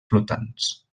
flotants